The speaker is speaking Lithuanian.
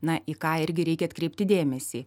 na į ką irgi reikia atkreipti dėmesį